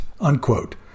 Unquote